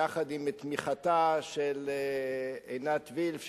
יחד עם תמיכתה של עינת וילף,